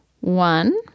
One